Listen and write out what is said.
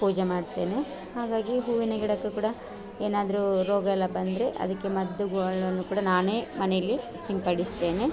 ಪೂಜೆ ಮಾಡ್ತೇನೆ ಹಾಗಾಗಿ ಹೂವಿನ ಗಿಡಕ್ಕೆ ಕೂಡ ಏನಾದ್ರೂ ರೋಗ ಎಲ್ಲ ಬಂದರೆ ಅದಕ್ಕೆ ಮದ್ದುಗಳನ್ನು ಕೂಡ ನಾನೇ ಮನೇಲಿ ಸಿಂಪಡಿಸ್ತೇನೆ